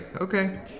okay